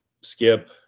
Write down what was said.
skip